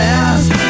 Last